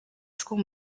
school